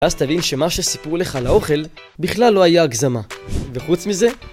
אז תבין שמה שסיפרו לך על האוכל בכלל לא היה הגזמה. וחוץ מזה -